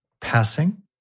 passing